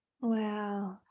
wow